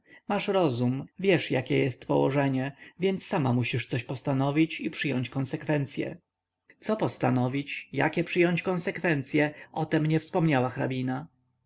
masz rozum wiesz jakie jest położenie więc sama musisz coś postanowić i przyjąć konsekwencye co postanowić jakie przyjąć konsekwencye o tem nie wspomniała hrabina